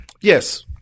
Yes